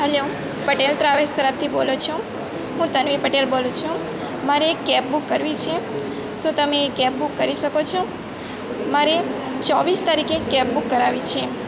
hello Patel travels તરફથી બોલો છો હું તન્વી પટેલ બોલું છું મારે એક કેબ બુક કરવી છે શું તમે કેબ બુક કરી શકો છો મારે ચોવીસ તારીખે કેબ બુક કરાવી છે